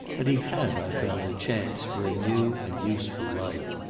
and he had, i felt, a chance for a new and useful life.